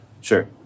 Sure